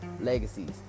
Legacies